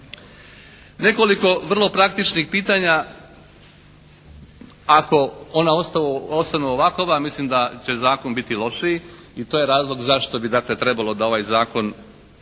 Nekoliko vrlo praktičnih pitanja, ako ona ostanu ovakova mislim da će zakon biti lošiji i to je razlog zašto bi dakle trebalo da ovaj zakon